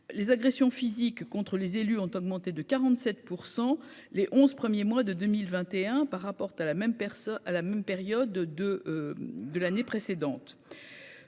les agressions physiques contre les élus ont augmenté de 47 % les 11 premiers mois de 2021 par rapport à la même personne, à la même période de